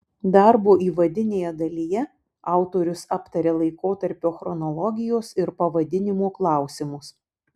darbo įvadinėje dalyje autorius aptaria laikotarpio chronologijos ir pavadinimo klausimus